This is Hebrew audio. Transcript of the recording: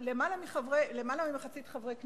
יותר ממחצית חברי הכנסת,